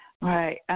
Right